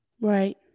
Right